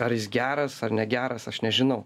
ar jis geras ar negeras aš nežinau